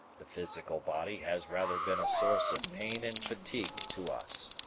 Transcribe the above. the physical body has rather been a source of pain and fatigue to us.